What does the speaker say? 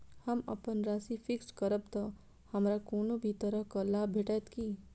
हम अप्पन राशि फिक्स्ड करब तऽ हमरा कोनो भी तरहक लाभ भेटत की?